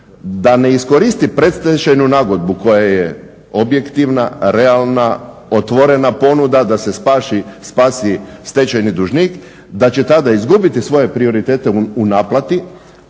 da ne iskoristi predstečajnu nagodbu koja je objektivna, realna, otvorena ponuda da se spase stečajni dužnik, da će tada izgubiti svoje prioritete u naplati.